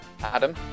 Adam